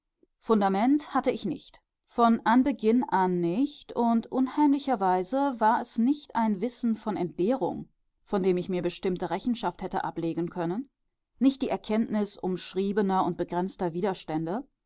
fundament hatte ich nicht von anbeginn an nicht und unheimlicherweise war es nicht ein wissen von entbehrung von dem ich mir bestimmte rechenschaft hätte ablegen können nicht die erkenntnis umschriebener und begrenzter widerstände